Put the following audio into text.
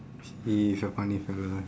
he is a funny fella ah